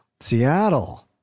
Seattle